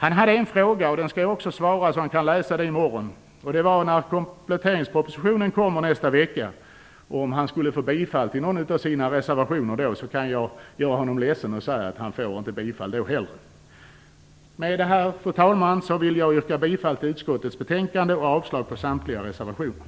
Han hade en fråga, och den skall jag också svara på så att han kan läsa svaret i morgon. Han undrade om han skulle få bifall för någon av sina reservationer när kompletteringspropositionen kommer nästa vecka. Jag kan göra honom ledsen och säga att han inte får bifall då heller. Med detta, fru talman, vill jag yrka bifall till hemställan i utskottets betänkande och avslag på samtliga reservationer.